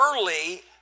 early